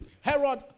Herod